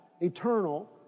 eternal